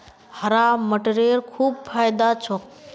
हरा मटरेर खूब फायदा छोक